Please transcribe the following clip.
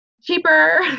Cheaper